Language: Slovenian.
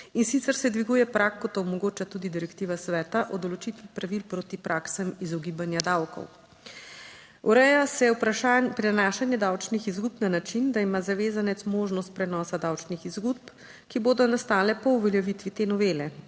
in sicer se dviguje prag, kot to omogoča tudi direktiva Sveta o določitvi pravil proti praksam izogibanja davkov. Ureja se vprašanj..., prenašanje davčnih izgub na način, da ima zavezanec možnost prenosa davčnih izgub, ki bodo nastale po uveljavitvi te novele,